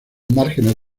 márgenes